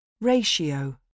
Ratio